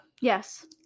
Yes